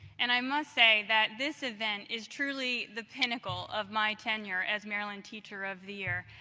and i must say that this event is truly the pinnacle of my tenure as maryland teacher of the year.